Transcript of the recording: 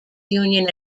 union